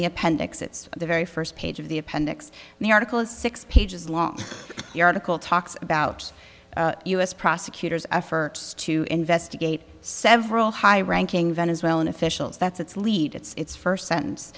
the appendix it's the very first page of the appendix the article is six pages long the article talks about u s prosecutors efforts to investigate several high ranking venezuelan officials that's its lead its first sentence